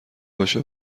باشه